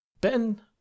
Ben